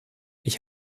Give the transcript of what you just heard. ich